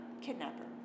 kidnapper